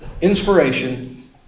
inspiration